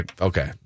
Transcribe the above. okay